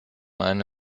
eine